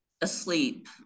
asleep